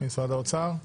מבקש להוסיף משהו?